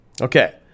Okay